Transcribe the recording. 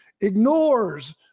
ignores